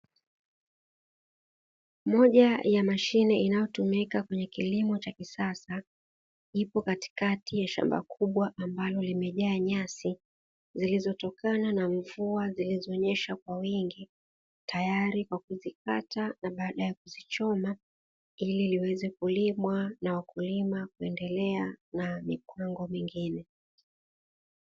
Moja ya mashine inayotumika kwenye kilimo cha kisasa, ipo katikati ya shamba kubwa ambalo limejaa nyasi, zilizotokana na mvua zilizonyesha kwa wingi, tayari kwa kuzikata na baadae kuzichoma, ili liweze kulimwa na wakulima kuendelea na mipango mingine.